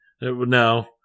No